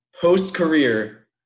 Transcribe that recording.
post-career